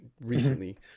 recently